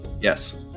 Yes